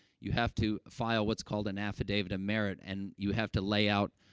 you have to file what's called an affidavit of merit, and you have to lay out,